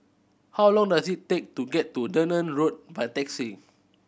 how long does it take to get to Dunearn Road by taxi